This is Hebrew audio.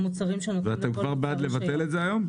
ש- -- ואתם כבר בעד לבטל את זה היום?